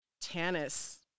Tannis